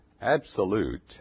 Absolute